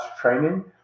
training